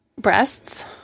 breasts